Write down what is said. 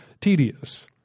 tedious